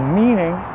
meaning